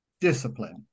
discipline